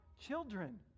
children